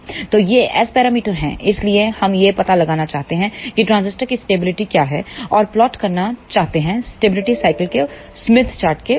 तो ये S parameter हैं इसलिए हम यह पता लगाना चाहते हैं कि ट्रांजिस्टर की स्टेबिलिटी क्या है और प्लॉट करना चाहते हैं स्टेबिलिटी साइकिल को स्मिथ चार्ट के ऊपर